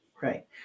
Right